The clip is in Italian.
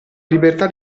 libertà